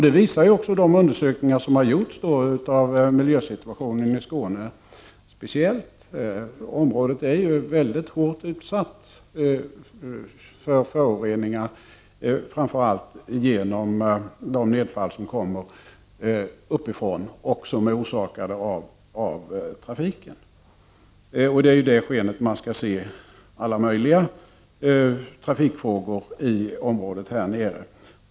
Det visas också av de undersökningar som gjorts, speciellt av miljösituationen i Skåne. Det området är mycket hårt utsatt för föroreningar, framför allt genom de nedfall som är förorsakade av trafiken. Det är i skenet av detta som man skall se många av trafikfrågorna inom det området.